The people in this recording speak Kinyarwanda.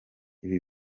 ibi